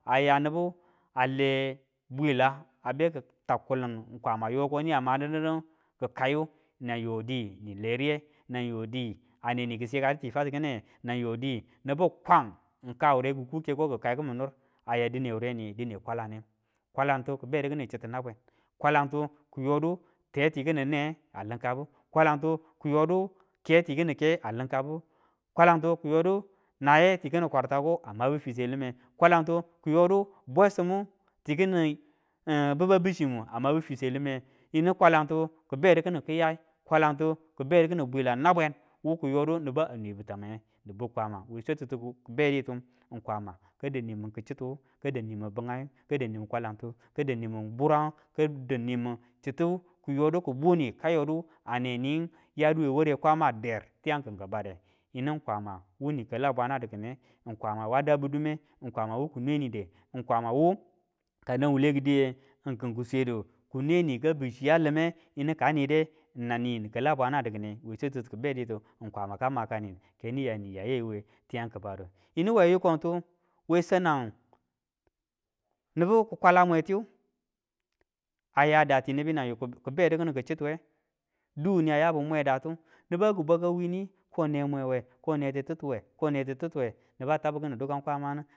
A ya nibu a le bwila, a be ki ta kulin didu kwama yo ko niyang madin didu ki kaiyu nanyoni a le riye nanyo ni aneni ki sika du ti fatikinewe nan yo di nibu kwan kawure kiku keko ki kai kimin nur, a ya dine wureni ye? dine kwalan, kwalan to kiyodu ke tikini ne a linkabu kwalantu kiyodu ke ikini ke a likabu kwalantu kiyodu naye tikini kwartako a mabu fiswe lime, kwalanti kiyodu bwesimu i kini biba biu chimu a mabu fiswe lime yinu kwalantu kibedu kini kiyai kwalantu kibedu kini bwila nabwen, wu ki yodu nibu a nwebu tamange tibiu kwamawe swatitu kibeditu ng kwama ka dau nimin kichituwu, kadau nimin bingaiyu, ka dau nimin kwalanti, ka dau nimin burangu, ka dau nimin hitu kiyodu ki buni ka yodu aneni yadu e ware kwama der tiyang ng kin ki bade, ng kwama wu ni kali a bwana di kine, ng kwama wa dabu dume ng kwama wu kinwe nide ng kwama wu kanang wuwule ki diye, ng kin ki swedu kinwe niwu ka biu chiya lime yinu ka nide nan ni ni kalu bwana dikine we swatu ti kibeditu ng kwama ka ma kanidu keniya niya yayu ti yangu kibadangu. Yinu we yukon tu we sanangu nibu ki kwala mwetiyu a ya dati nibi nauyo kibedu kini tichiwu, du niyan yabu mwe datu nibu ki bwaga wini ko ne mwewe ko neti tituwe neti titiwe nebi a tabu kini dukan kwamanu.